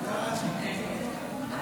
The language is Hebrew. הצעת סיעת יש עתיד להביע